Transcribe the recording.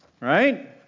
Right